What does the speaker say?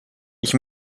ich